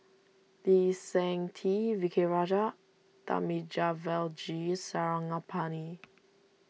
Lee Seng Tee V K Rajah Thamizhavel G Sarangapani